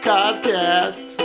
Coscast